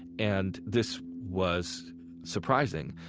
and this was surprising,